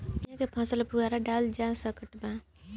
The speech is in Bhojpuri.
धनिया के फसल पर फुहारा डाला जा सकत बा?